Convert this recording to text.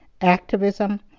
activism